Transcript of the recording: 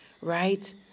right